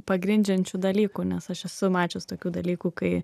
pagrindžiančių dalykų nes aš esu mačius tokių dalykų kai